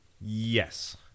Yes